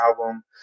album